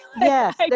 Yes